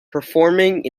performing